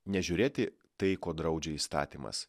nežiūrėti tai ko draudžia įstatymas